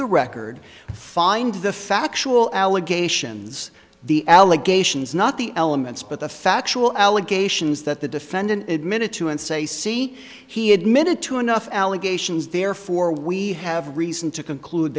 the record find the factual allegations the allegations not the elements but the factual allegations that the defendant admitted to and say see he admitted to enough allegations therefore we have reason to conclude